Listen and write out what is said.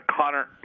Connor